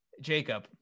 Jacob